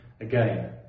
again